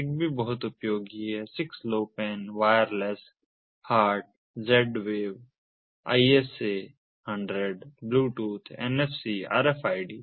ZigBee बहुत उपयोगी है 6 LoWPAN वायरलेस HART Z wave ISA 100 Bluetooth NFC और RFID